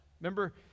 Remember